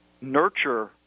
nurture